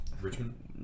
Richmond